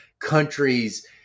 countries